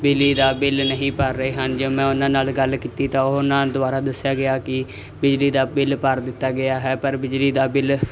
ਬਿਜਲੀ ਦਾ ਬਿੱਲ ਨਹੀਂ ਭਰ ਰਹੇ ਹਨ ਜਦੋਂ ਮੈਂ ਉਹਨਾਂ ਨਾਲ ਗੱਲ ਕੀਤੀ ਤਾਂ ਉਹਨਾਂ ਦੁਬਾਰਾ ਦੱਸਿਆ ਗਿਆ ਕਿ ਬਿਜਲੀ ਦਾ ਬਿੱਲ ਭਰ ਦਿੱਤਾ ਗਿਆ ਹੈ ਪਰ ਬਿਜਲੀ ਦਾ ਬਿੱਲ